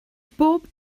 bob